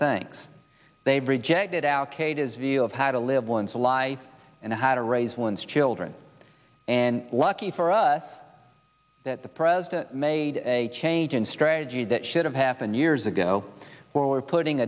thanks they've rejected our kate is view of how to live one's life and how to raise one's children and lucky for us that the president made a change in strategy that should have happened years ago where we're putting